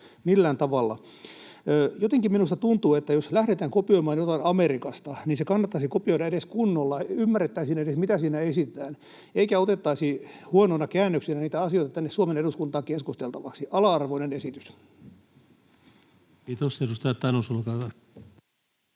millään tavalla. Jotenkin minusta tuntuu, että jos lähdetään kopioimaan jotain Amerikasta, niin se kannattaisi edes kopioida kunnolla — ymmärrettäisiin edes, mitä siinä esitetään, eikä otettaisi huonoina käännöksinä niitä asioita tänne Suomen eduskuntaan keskusteltavaksi. Ala-arvoinen esitys. [Päivi Räsänen: Niinpä!] Kiitos. — Edustaja Tanus, olkaa hyvä.